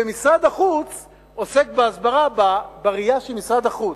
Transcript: ומשרד החוץ עוסק בהסברה בראייה של משרד החוץ.